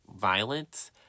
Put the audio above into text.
violence